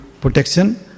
protection